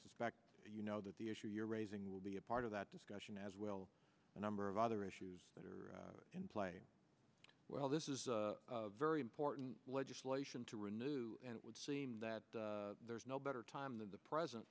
suspect you know that the issue you're raising will be a part of that discussion as well a number of other issues that are in play well this is a very important legislation to renew and it would seem that there's no better time than the present